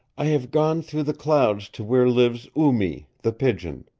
i have gone through the clouds to where lives oo-mee, the pigeon.